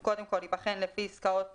הוא קודם כל ייבחן לפי עסקאות